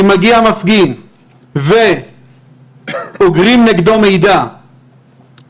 אם מגיע מפגין ואוגרים נגדו מידע כדי